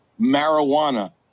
marijuana